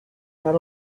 not